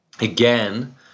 again